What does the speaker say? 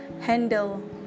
handle